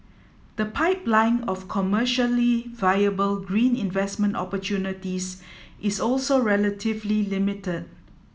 the pipeline of commercially viable green investment opportunities is also relatively limited